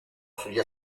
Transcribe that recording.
sugli